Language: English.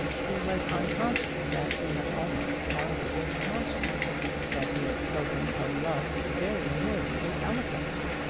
he was unconscious that he had almost mounted into passion that he had spoken of love very nearly with eloquence.